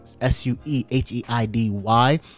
S-U-E-H-E-I-D-Y